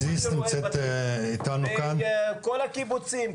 כל הכיווצים,